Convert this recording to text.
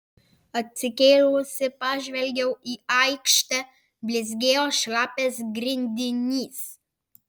atsikėlusi pažvelgiau į aikštę blizgėjo šlapias grindinys